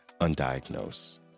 undiagnosed